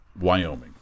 Wyoming